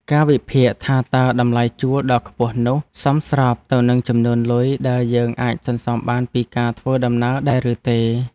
ការវិភាគថាតើតម្លៃជួលដ៏ខ្ពស់នោះ សមស្របទៅនឹងចំនួនលុយដែលយើងអាចសន្សំបានពីការធ្វើដំណើរដែរឬទេ។